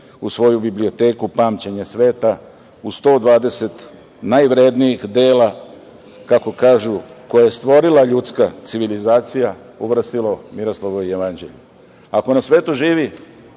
u svoju biblioteku „Pamćenje sveta“ u 120 najvrednijih dela, kako kažu, koje je stvorila ljudska civilizacija, uvrstila Miroslavljevo jevanđelje. Ako na svetu živi